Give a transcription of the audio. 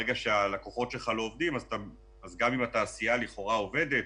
כי ברגע שהלקוחות שלך לא עובדים אז גם אם התעשייה לכאורה עובדת